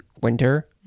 winter